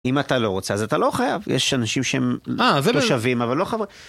אם אתה לא רוצה, אז אתה לא חייב, יש אנשים שהם לא שווים, אבל לא חבור.